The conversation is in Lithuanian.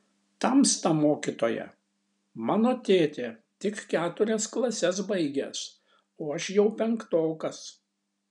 tamsta mokytoja mano tėtė tik keturias klases baigęs o aš jau penktokas